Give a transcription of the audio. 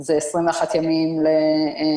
לוקח זמן 21 ימים לתזכיר,